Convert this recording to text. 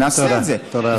תודה רבה.